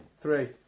Three